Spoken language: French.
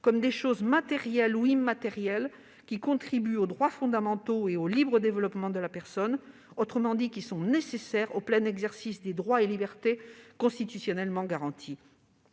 comme des choses matérielles ou immatérielles qui contribuent aux droits fondamentaux et au libre développement de la personne, autrement dit qui sont nécessaires au plein exercice des droits et libertés constitutionnellement garantis.